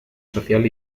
social